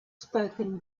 spoken